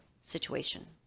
situation